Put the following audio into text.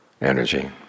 energy